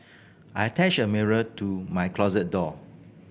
I attached a mirror to my closet door